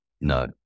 No